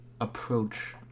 approach